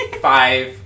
Five